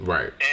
Right